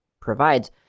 provides